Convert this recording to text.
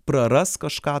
praras kažką